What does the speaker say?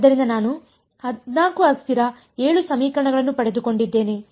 ಆದ್ದರಿಂದ ನಾನು 14 ಅಸ್ಥಿರ 7 ಸಮೀಕರಣಗಳನ್ನು ಪಡೆದುಕೊಂಡಿದ್ದೇನೆ